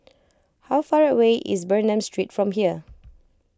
how far away is Bernam Street from here